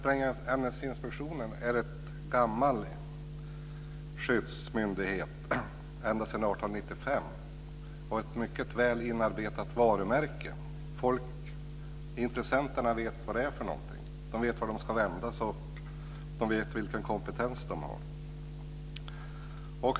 Sprängämnesinspektionen är en gammal skyddsmyndighet som funnits ända sedan 1895 och ett mycket väl inarbetat varumärke. Intressenterna vet vad det är för någonting. De vet var de ska vända sig, och de vet vilken kompetens den har.